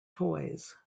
toys